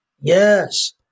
Yes